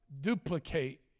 duplicate